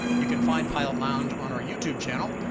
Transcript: you can find pilot lounge on our youtube channel.